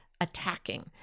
attacking